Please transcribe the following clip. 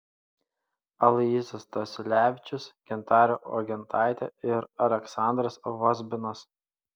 aloyzas stasiulevičius gintarė uogintaitė ir aleksandras vozbinas